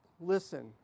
Listen